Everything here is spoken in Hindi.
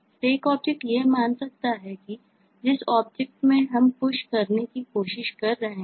Stack ऑब्जेक्ट यह मान सकता है कि जिस ऑब्जेक्ट को हम Push करने की कोशिश कर रहे हैं